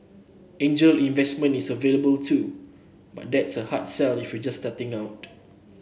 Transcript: angel investment is available too but that's a hard sell if you're just starting out